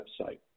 website